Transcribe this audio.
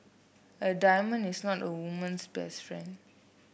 a diamond is not a woman's best friend